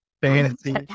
Fantasy